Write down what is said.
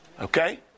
Okay